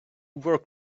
work